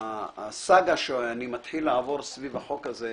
הסאגה שאני מתחיל לעבור סביב החוק הזה,